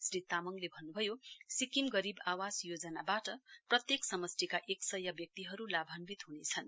श्री तामङले भन्न्भयो सिक्किम गरीब आवास योजनाबाट प्रत्येक समष्टीका एक सय व्यक्तिहरू लाभान्वित हनेछन्